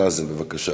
נאזם, בבקשה.